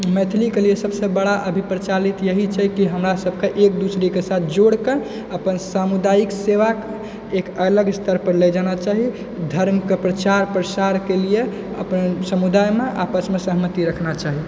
मैथिलीके लिये सबसँ बड़ा अभी प्रचलित यही छै कि हमरा सबके एक दूसरेके साथ जोड़के अपन सामुदायिक सेवा एक अलग स्तरपर ले जाना चाही धर्मके प्रचार प्रसारके लिये अपन समुदायमे आपसमे सहमति रखना चाही